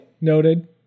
noted